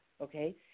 okay